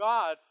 God